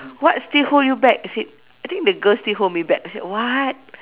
what still hold you back I said I think the girl still hold me back I said what